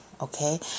Okay